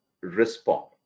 respond